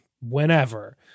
whenever